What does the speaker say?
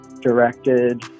directed